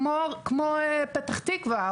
כמו פתח תקווה,